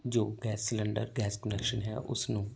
ਜੋ gas cylinder gas connection ਹੈ ਉਸਨੂੰ